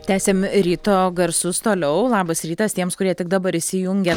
tęsiam ryto garsus toliau labas rytas tiems kurie tik dabar įsijungia